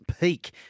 peak